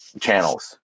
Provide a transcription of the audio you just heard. channels